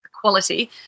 quality